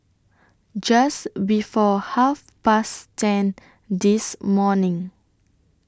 Just before Half Past ten This morning